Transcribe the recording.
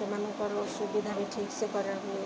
ସେମାନଙ୍କର ସୁବିଧା ବି ଠିକ୍ସେ କର ହୁଏ